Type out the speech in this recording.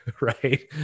Right